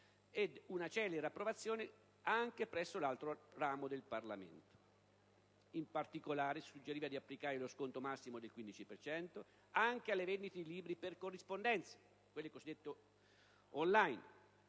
ed una celere approvazione anche presso l'altro ramo del Parlamento. In particolare, si suggeriva di applicare lo sconto massimo del 15 per cento anche alle vendite di libri per corrispondenza, quelle cosiddette *on line*,